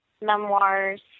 memoirs